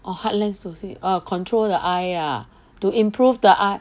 orh hard lens to sleep orh control the eye ah to improve the eye